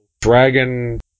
Dragon